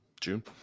June